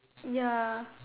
ya